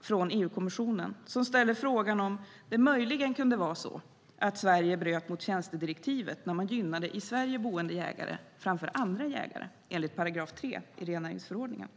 från EU-kommissionen. I brevet ställdes frågan ifall det möjligen kunde vara så att Sverige bröt mot tjänstedirektivet när man gynnade i Sverige boende jägare framför andra jägare enligt 3 § rennäringsförordningen.